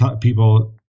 people